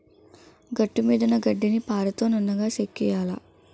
గట్టుమీదున్న గడ్డిని పారతో నున్నగా చెక్కియ్యాల